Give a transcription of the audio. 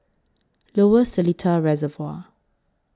Lower Seletar Reservoir